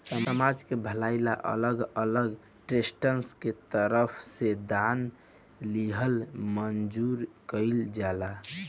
समाज के भलाई ला अलग अलग ट्रस्टसन के तरफ से दान लिहल मंजूर कइल जाला